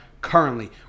currently